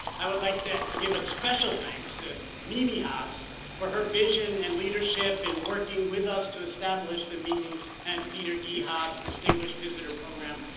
i would like to give a special thanks to mimi haas for her vision and leadership and working with us to establish the mimi and peter e haas distinguished visitor program.